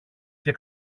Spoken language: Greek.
και